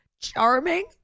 charming